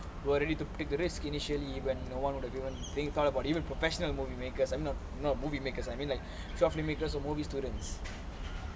were ready to pick the risk initially when no one would've even thought about even professional movie makers I'm not not movie makers I mean like short films movie makers or movie students